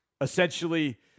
essentially